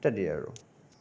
ইত্যাদি আৰু